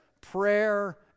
prayer